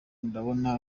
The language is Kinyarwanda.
nkabona